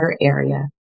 area